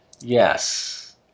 yes